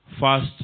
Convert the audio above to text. first